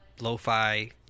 lo-fi